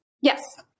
Yes